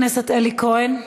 חבר הכנסת אלי כהן,